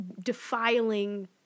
defiling